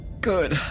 good